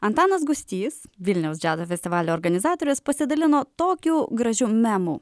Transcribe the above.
antanas gustys vilniaus džiazo festivalio organizatorius pasidalino tokiu gražiu memu